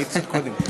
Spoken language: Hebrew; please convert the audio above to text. אני, קודם.